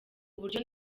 buryo